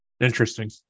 Interesting